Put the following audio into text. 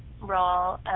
role